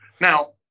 Now